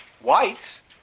Whites